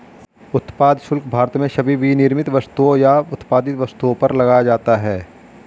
उत्पाद शुल्क भारत में सभी विनिर्मित वस्तुओं या उत्पादित वस्तुओं पर लगाया जाता है